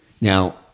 Now